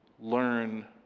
learn